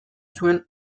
zuen